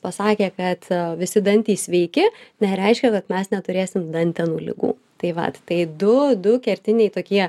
pasakė kad visi dantys sveiki nereiškia kad mes neturėsim dantenų ligų tai vat tai du du kertiniai tokie